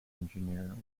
engineer